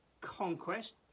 conquest